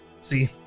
see